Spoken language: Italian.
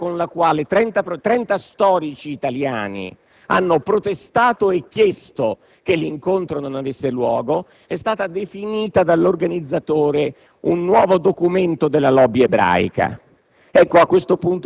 La lettera con la quale 30 storici italiani hanno protestato e chiesto che l'incontro non avesse luogo è stata definita dall'organizzatore un nuovo documento della *lobby* ebraica.